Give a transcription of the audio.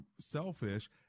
selfish